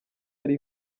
yari